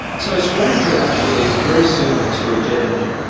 so a scramjet actually is very similar to a jet engine.